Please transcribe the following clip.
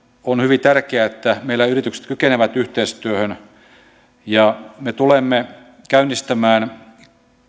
on hyvin tärkeää että meillä yritykset kykenevät yhteistyöhön me tulemme käynnistämään